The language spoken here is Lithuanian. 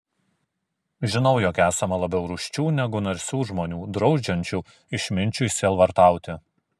žinau jog esama labiau rūsčių negu narsių žmonių draudžiančių išminčiui sielvartauti